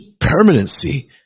permanency